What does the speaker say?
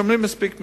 משלמים מספיק מסים.